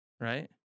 right